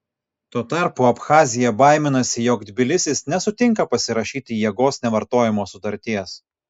tuo tarpu abchazija baiminasi jog tbilisis nesutinka pasirašyti jėgos nevartojimo sutarties